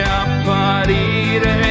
apparire